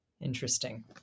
Interesting